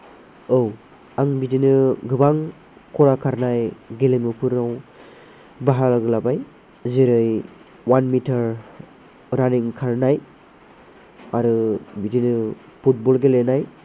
औ आं बिदिनो गोबां खरा खारनाय गेलेमुफोराव बाहागो लाबाय जेरै वान मिटार रानिं खारनाय आरो बिदिनो फुटबल गेलेनाय